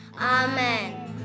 Amen